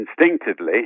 instinctively